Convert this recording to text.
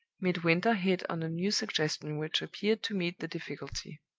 midwinter hit on a new suggestion which appeared to meet the difficulty.